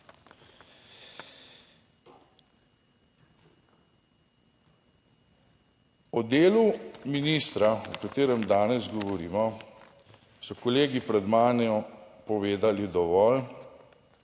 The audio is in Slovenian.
O delu ministra, o katerem danes govorimo, so kolegi pred mano povedali dovolj.